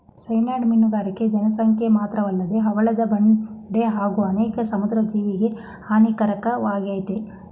cyanide ಮೀನುಗಾರಿಕೆ ಜನಸಂಖ್ಯೆ ಮಾತ್ರಅಲ್ಲದೆ ಹವಳದ ಬಂಡೆ ಹಾಗೂ ಅನೇಕ ಸಮುದ್ರ ಜೀವಿಗೆ ಹಾನಿಕಾರಕವಾಗಯ್ತೆ